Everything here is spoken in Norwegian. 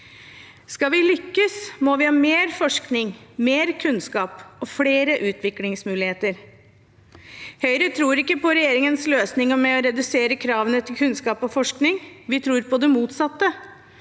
Skal vi lykkes, må vi ha mer forskning, mer kunnskap og flere utviklingsmuligheter. Høyre tror ikke på regjeringens løsning med å redusere kravene til kunnskap og forskning; vi tror på det motsatte.